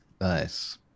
Nice